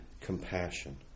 compassion